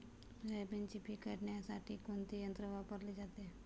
सोयाबीनचे पीक काढण्यासाठी कोणते यंत्र वापरले जाते?